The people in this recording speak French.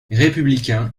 républicain